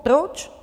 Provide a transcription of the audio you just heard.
Proč?